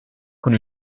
con